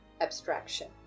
Abstraction